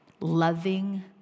loving